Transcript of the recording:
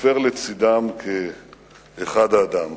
חופר לצדם כאחד האדם.